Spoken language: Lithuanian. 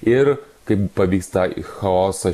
ir kaip pavyks tą chaosą